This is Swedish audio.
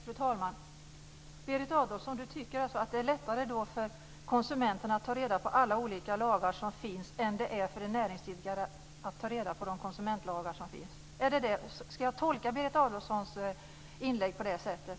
Fru talman! Berit Adolfsson tycker alltså att det är lättare för en konsument att ta reda på alla olika lagar som finns än vad det är för en näringsidkare att ta reda på vilka konsumentlagar som finns. Ska jag tolka Berit Adolfssons inlägg på det sättet?